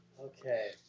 Okay